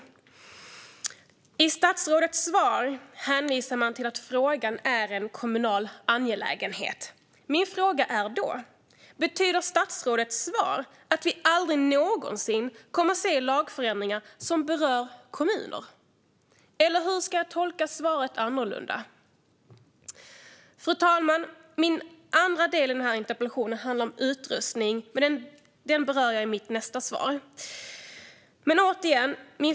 I statsrådets svar hänvisas till att frågan är en kommunal angelägenhet. Jag undrar därför om statsrådets svar betyder att vi aldrig någonsin kommer att se lagförändringar som berör kommuner. Eller hur ska jag tolka svaret? Fru talman! Den andra delen av min interpellation handlar om utrustning, men den kommer jag att ta upp i mitt nästa inlägg.